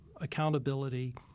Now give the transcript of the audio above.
accountability